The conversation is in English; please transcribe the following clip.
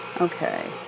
okay